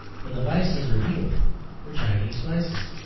for the vices revealed were chinese vices.